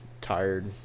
tired